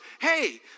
hey